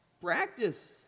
Practice